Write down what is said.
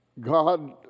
God